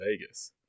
Vegas